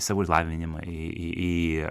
savo lavinimą į į į